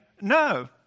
No